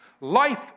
life